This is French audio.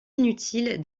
inutile